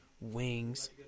wings